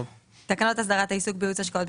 תקנות הסדרת העיסוק בייעוץ השקעות,